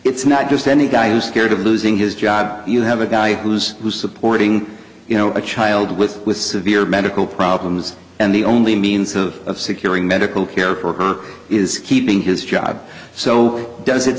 it's not just any guy who's scared of losing his job you have a guy who's supporting you know a child with with severe medical problems and the only means of securing medical care for her is keeping his job so does it